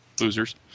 Losers